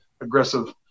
aggressive